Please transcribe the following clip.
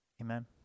Amen